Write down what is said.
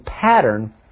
pattern